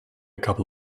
couple